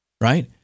Right